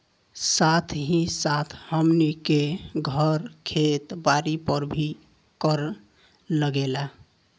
साथ ही साथ हमनी के घर, खेत बारी पर भी कर लागेला